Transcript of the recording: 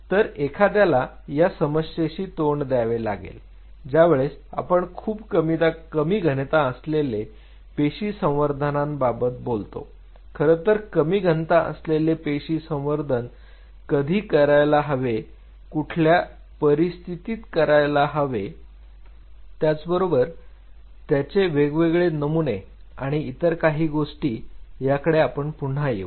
तर एखाद्याला या समस्येशी तोंड द्यावे लागेल ज्यावेळेस आपण खूप कमी घनता असलेले पेशी संवर्धनाबाबत बोलतो खरं तर कमी घनता असलेले पेशी संवर्धन कधी करायला हवे कुठल्या परिस्थितीत करायला हवे त्याचबरोबरीने त्याचे वेगवेगळे नमुने आणि इतर काही गोष्टी याकडे आपण पुन्हा येऊ